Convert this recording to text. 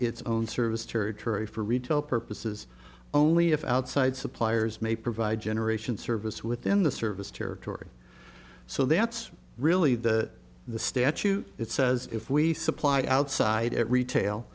its own service territory for retail purposes only if outside suppliers may provide generation service within the service territory so that's really that the statute it says if we supply outside at retail